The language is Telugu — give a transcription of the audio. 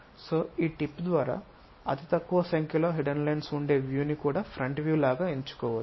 కాబట్టి ఈ టిప్ ద్వారా అతి తక్కువ సంఖ్యలో హిడెన్ లైన్స్ ఉండే వ్యూ ని కూడా ఈ ఫ్రంట్ వ్యూ లాగా ఎంచుకోవచ్చు